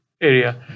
area